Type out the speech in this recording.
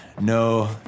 no